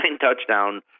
touchdown